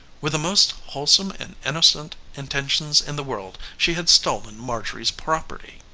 with the most wholesome and innocent intentions in the world she had stolen marjorie's property.